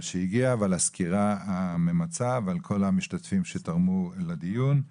על שהגיע ועל הסקירה הממצה ועל כל המשתתפים שתרמו לדיון.